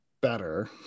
better